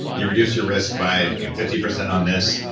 you reduce your risk by fifty percent on this,